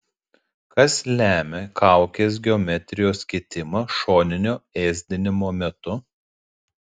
kas lemia kaukės geometrijos kitimą šoninio ėsdinimo metu